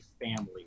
family